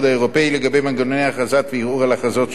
מנגנוני ההכרזות והערעור על ההכרזות של מועצת הביטחון.